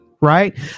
Right